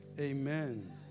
Amen